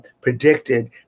Predicted